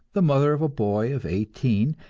the mother of a boy of eighteen,